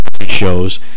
shows